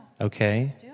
Okay